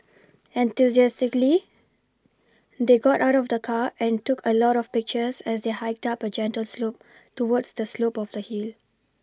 enthusiastically they got out of the car and took a lot of pictures as they hiked up a gentle slope towards the slope of the hill